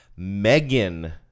Megan